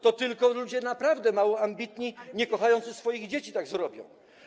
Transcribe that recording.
To tylko ludzie naprawdę mało ambitni, niekochający swoich dzieci tak zrobią.